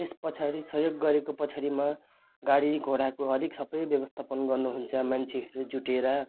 त्यस पछाडि सहयोग गरेको पछाडिमा गाडी घोडाको अलिक सबै व्यवस्थापन गर्नु हुन्छ मान्छेहरू जुटेर